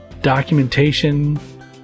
documentation